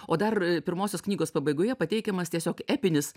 o dar pirmosios knygos pabaigoje pateikiamas tiesiog epinis